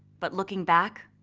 but looking back,